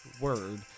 Word